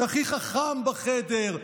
הכי חכם בחדר.